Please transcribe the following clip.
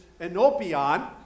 enopion